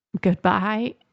goodbye